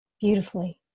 beautifully